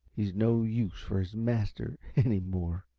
he's no use for his master, any more,